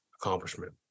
accomplishment